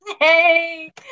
Hey